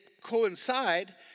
coincide